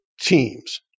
Teams